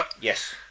yes